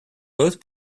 both